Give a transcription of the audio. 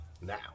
now